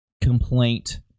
complaint